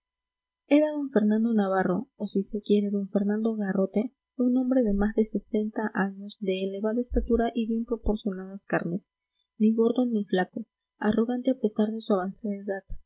era d fernando navarro o si se quiere don fernando garrote un hombre de más de sesenta años de elevada estatura y bien proporcionadas carnes ni gordo ni flaco arrogante a pesar de su avanzada edad